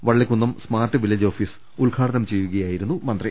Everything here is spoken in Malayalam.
വള്ളി ക്കുന്നം സ്മാർട്സ് വില്ലേജ് ഓഫീസ് ഉദ്ഘാടനം ചെയ്യുകയായിരുന്നു മന്ത്രി